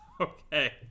okay